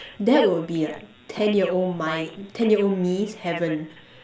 that would be like ten year old my ten year old me's heaven